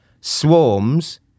Swarms